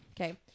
Okay